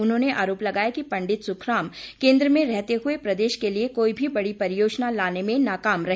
उन्होंने आरोप लगाया कि पंडित सुखराम केंद्र में रहते हुए प्रदेश के लिए कोई भी बड़ी परियोजना लाने में नाकाम रहे